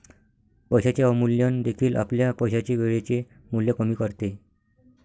पैशाचे अवमूल्यन देखील आपल्या पैशाचे वेळेचे मूल्य कमी करते